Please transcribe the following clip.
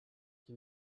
qui